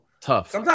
Tough